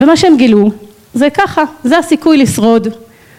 ומה שהם גילו זה ככה זה הסיכוי לשרוד